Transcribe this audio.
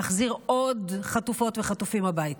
להחזיר עוד חטופות וחטופים הביתה.